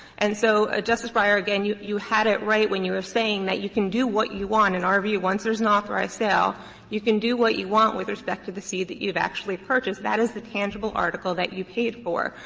and so, justice breyer, again you you had it right when you were saying that you can do what you want. in our view, once there is an authorized sale you can do what you want with respect to the seed that you've actually purchased. that is the tangible article you paid for.